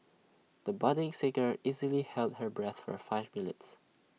the budding singer easily held her breath for five minutes